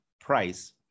price